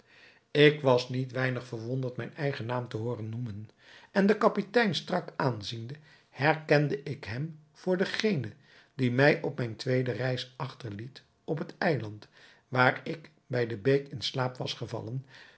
ik was niet weinig verwonderd mijn eigen naam te horen noemen en den kapitein strak aanziende herkende ik hem voor degene die mij op mijne tweede reis achter liet op het eiland waar ik bij de beek in slaap was gevallen